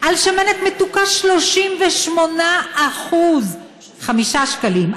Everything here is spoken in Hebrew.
על שמנת מתוקה 38% 5 שקלים,